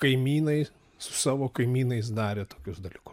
kaimynai su savo kaimynais darė tokius dalykus